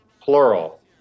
plural